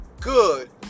good